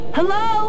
Hello